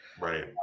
Right